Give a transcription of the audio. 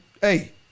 hey